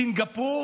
סינגפור